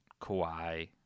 Kawhi